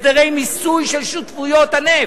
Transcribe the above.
הסדרי מיסוי של שותפויות הנפט,